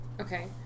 Okay